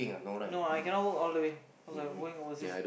no I cannot work all the way cause I going overseas